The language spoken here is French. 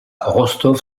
rostov